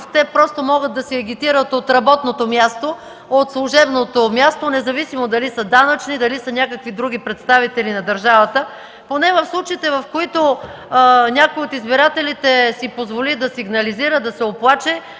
Те просто могат да си агитират от работното място, от служебното място независимо дали са данъчни, дали са някакви други представители на държавата. Поне в случаите, в които някои от избирателите си позволи да сигнализира, да се оплаче,